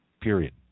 period